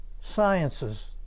sciences